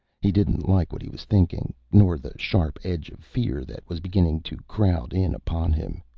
he didn't like what he was thinking, nor the sharp edge of fear that was beginning to crowd in upon him.